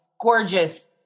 gorgeous